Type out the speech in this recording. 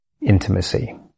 Intimacy